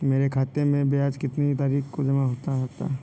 मेरे खाते में ब्याज कितनी तारीख को जमा हो जाता है?